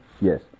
Yes